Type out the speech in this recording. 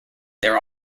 their